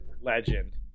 Legend